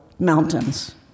mountains